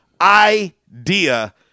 idea